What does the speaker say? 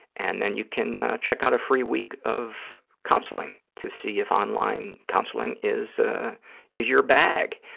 and then you can check out a free week of counseling to see if online counseling is is your bag.